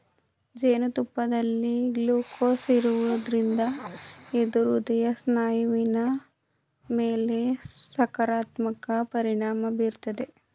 ಜೇನುತುಪ್ಪದಲ್ಲಿ ಗ್ಲೂಕೋಸ್ ಇರೋದ್ರಿಂದ ಇದು ಹೃದಯ ಸ್ನಾಯುವಿನ ಮೇಲೆ ಸಕಾರಾತ್ಮಕ ಪರಿಣಾಮ ಬೀರ್ತದೆ